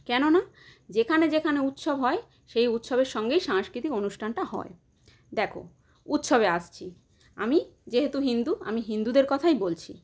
কেননা যেখানে যেখানে উৎসব হয় সেই উৎসবের সঙ্গেই সাংস্কৃতিক অনুষ্ঠানটা হয় দেখো উৎসবে আসছি আমি যেহেতু হিন্দু আমি হিন্দুদের কথাই বলছি